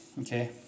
Okay